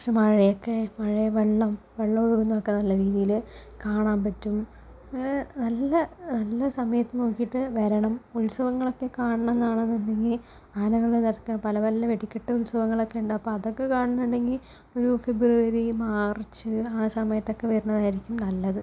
കുറച്ച് മഴയൊക്കെ മഴവെള്ളം വെള്ളം ഒഴുകുന്നതൊക്കെ നല്ല രീതിയിൽ കാണാൻ പറ്റും നല്ല നല്ല സമയത്ത് നോക്കിയിട്ട് വരണം ഉത്സവങ്ങളൊക്കെ കാണണമെന്ന് ആണെന്നുണ്ടെങ്കിൽ ആനകളുടെ ഇതൊക്കെ പല പല വെടിക്കെട്ടും ഉത്സവങ്ങളൊക്കെ ഉണ്ട് അപ്പോൾ അതൊക്കെ കാണണമെന്നുണ്ടെങ്കിൾ ഒരു ഫെബ്രുവരി മാർച്ച് ആ സമയത്തൊക്കെ വരുന്നതായിരിക്കും നല്ലത്